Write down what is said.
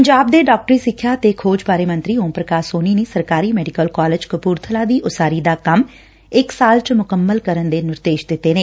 ਪੰਜਾਬ ਦੇ ਡਾਕਟਰੀ ਸਿੱਖਿਆ ਤੇ ਖੋਜ ਬਾਰੇ ਮੰਤਰੀ ਓਮ ਪੁਕਾਸ਼ ਸੋਨੀ ਨੇ ਸਰਕਾਰੀ ਮੈਡੀਕਲ ਕਾਲਜ ਕਪੁਰਬਲਾ ਦੀ ਉਸਾਰੀ ਦਾ ਕੰਮ ਇਕ ਸਾਲ ਚ ਮੁਕੰਮਲ ਕਰਨ ਦੇ ਨਿਰਦੇਸ਼ ਦਿੱਤੇ ਨੇ